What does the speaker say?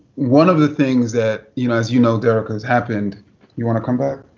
one of the things that, you know, as you know, derecka, has happened you want to come back?